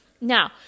Now